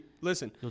listen